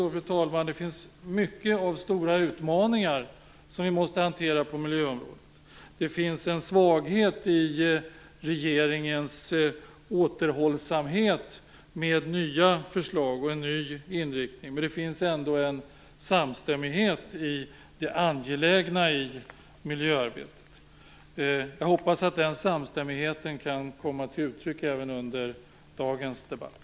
Sammanfattningsvis finns det många stora utmaningar på miljöområdet som vi måste hantera. Det finns en svaghet i regeringens återhållsamhet med nya förslag och en ny inriktning. Men det finns ändå en samstämmighet i det angelägna i miljöarbetet. Jag hoppas att den samstämmigheten kan komma till uttryck även under dagens debatt.